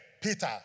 Peter